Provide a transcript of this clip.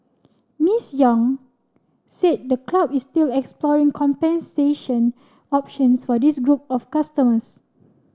Miss Yang said the club is still exploring compensation options for this group of customers